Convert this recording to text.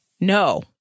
No